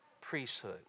priesthood